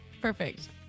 Perfect